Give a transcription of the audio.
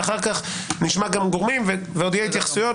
ואחר כך נשמע גם גורמים נוספים ועוד יהיו התייחסויות.